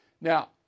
Now